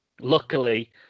Luckily